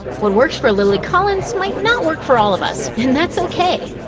what works for lilly collins might not work for all of us, and that's ok!